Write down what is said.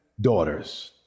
daughters